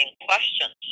questions